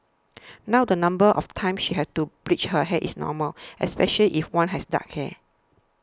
now the number of times she had to bleach her hair is normal especially if one has dark hair